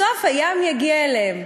בסוף הים יגיע אליהם,